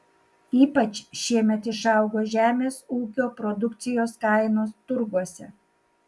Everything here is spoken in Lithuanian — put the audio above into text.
ypač šiemet išaugo žemės ūkio produkcijos kainos turguose